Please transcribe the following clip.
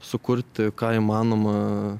sukurti ką įmanoma